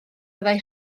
fyddai